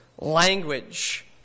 language